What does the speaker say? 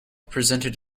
presented